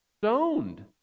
stoned